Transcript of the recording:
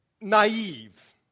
naive